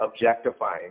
objectifying